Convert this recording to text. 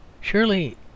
Surely